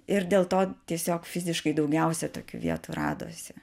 ir dėl to tiesiog fiziškai daugiausia tokių vietų radosi